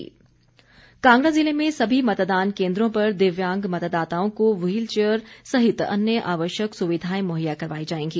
राघव शर्मा कांगड़ा जिले में सभी मतदान केंद्रों पर दिव्यांग मतदाताओं को व्हील चेयर सहित अन्य आवश्यक सुविधाएं मुहैया करवाई जाएंगी